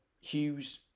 Hughes